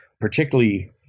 particularly